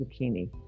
zucchini